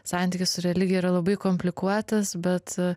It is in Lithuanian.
santykis su religija yra labai komplikuotas bet